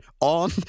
on